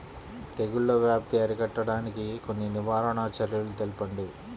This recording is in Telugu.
తెగుళ్ల వ్యాప్తి అరికట్టడానికి కొన్ని నివారణ చర్యలు తెలుపండి?